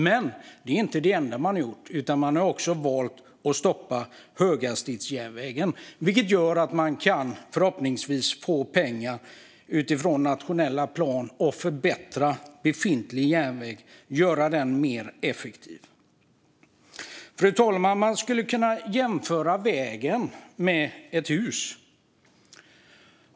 Men det är inte det enda man har gjort, utan man har valt att stoppa höghastighetsjärnvägen, vilket gör att man förhoppningsvis kan få pengar från det nationella planet och förbättra befintlig järnväg och göra den mer effektiv. Fru talman! Man skulle kunna jämföra vägen med ett hus.